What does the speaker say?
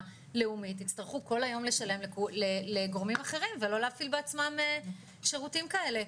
לאומית יצטרכו כל היום לשלם לגורמים אחרים ולא להפעיל בעצמם שירותים כאלה,